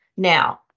Now